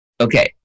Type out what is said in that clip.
okay